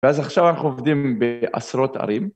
ואז עכשיו אנחנו עובדים בעשרות ערים.